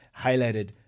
highlighted